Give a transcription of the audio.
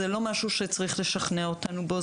זה לא משהו שצריך לשכנע אותנו בו,